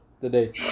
today